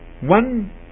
one